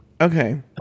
Okay